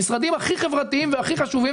המשרדים הכי חברתיים והכי חשובים,